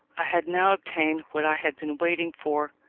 i had now obtained what i had been waiting for.